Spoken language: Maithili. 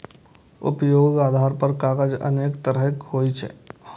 उपयोगक आधार पर कागज अनेक तरहक होइ छै